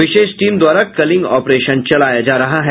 विशेष team द्वारा culling operation चलाया जा रहा है